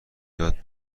یاد